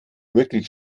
wirklich